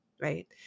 Right